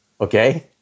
Okay